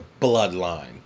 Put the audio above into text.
bloodline